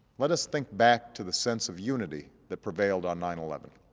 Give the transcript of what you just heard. let us think back to the sense of unity that prevailed on nine eleven.